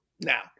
Now